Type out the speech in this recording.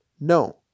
No